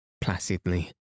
placidly